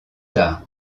tard